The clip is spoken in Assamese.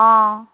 অঁ